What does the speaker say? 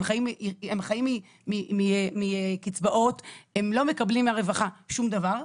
הם חיים מקצבאות, הם לא מקבלים מהרווחה שום דבר.